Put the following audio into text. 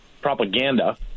propaganda